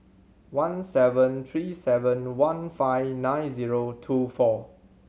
one seven three seven one five nine zero two four